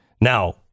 Now